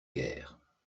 guère